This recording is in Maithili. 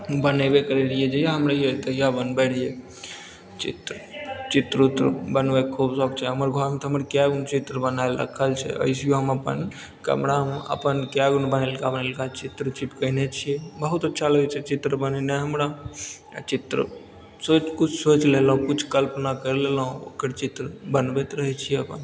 बनेबे करै रहियै जहिया हम रहियै तहिया हम बनबै रहियै चित्र चित्र उत्र बनबैके खूब शौख छै हमर घरमे तऽ हमर कएगो चित्र बनाएल राखल छै ऐसेहियो हम अपन कमरामे अपन कएगो चित्र चिपकेने छियै बहुत अच्छा लगै छै चित्र बनेनाइ हमरा चित्र सोचि किछु सोचि लेलहुॅं किछु कल्पना कैरि लेलहुॅं ओकर चित्र बनबैत